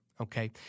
Okay